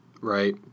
Right